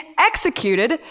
executed